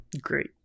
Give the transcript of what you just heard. great